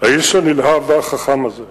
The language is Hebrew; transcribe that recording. האיש הנלהב והחכם הזה,